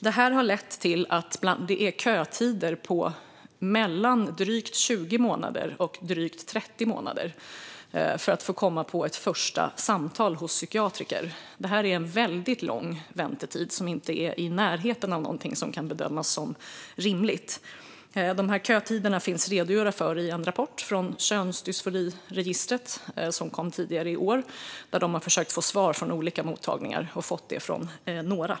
Det här har lett till att det är kötider på mellan drygt 20 månader och drygt 30 månader för att få komma till ett första samtal hos psykiatriker. Det är en väldigt lång väntetid som inte är i närheten av något som kan bedömas som rimligt. Dessa kötider finns redogjorda för i en rapport från Könsdysforiregistret som kom tidigare i år. De har försökt få svar från olika mottagningar och fått det från några.